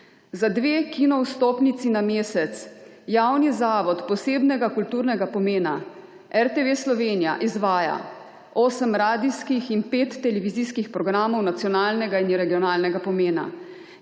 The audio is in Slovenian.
Za dve kino vstopnici na mesec javni zavod posebnega kulturnega pomena RTV Slovenija izvaja osem radijskih in pet televizijskih programov nacionalnega in regionalnega pomena,